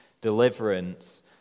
deliverance